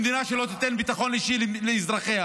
למדינה שלא תיתן ביטחון אישי לאזרחיה.